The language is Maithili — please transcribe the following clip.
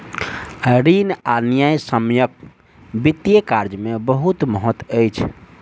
ऋण आ न्यायसम्यक वित्तीय कार्य में बहुत महत्त्व अछि